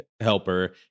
helper